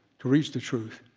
to reach the truth.